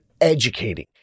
educating